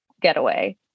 getaway